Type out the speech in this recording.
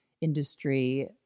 industry